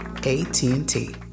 AT&T